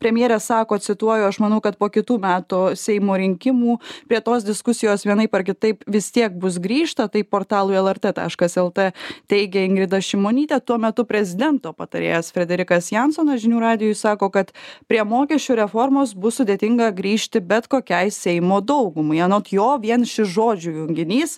premjerė sako cituoju aš manau kad po kitų metų seimo rinkimų prie tos diskusijos vienaip ar kitaip vis tiek bus grįžta taip portalui lrt taškas lt teigė ingrida šimonytė tuo metu prezidento patarėjas frederikas jansonas žinių radijui sako kad prie mokesčių reformos bus sudėtinga grįžti bet kokiai seimo daugumai anot jo vien šis žodžių junginys